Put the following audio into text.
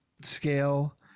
scale